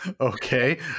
Okay